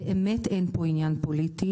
באמת אין פה עניין פוליטי,